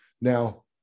now